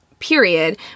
period